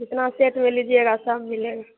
जितना सेट में लीजिएगा सब मिलेगा